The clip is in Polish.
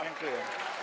Dziękuję.